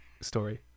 story